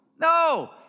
No